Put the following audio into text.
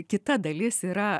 kita dalis yra